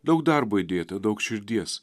daug darbo įdėta daug širdies